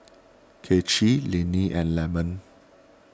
Kaycee Lennie and Lemon